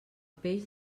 peix